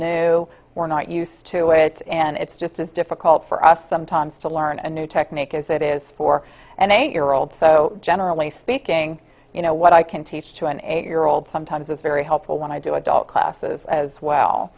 new we're not used to it and it's just as difficult for us sometimes to learn a new technique as it is for an eight year old so generally speaking you know what i can teach to an eight year old sometimes it's very helpful when i do adult classes as well